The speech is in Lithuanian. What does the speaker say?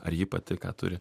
ar ji pati ką turi